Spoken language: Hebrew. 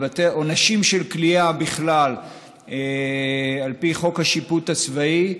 עונשים של כליאה בכלל על פי חוק השיפוט הצבאי,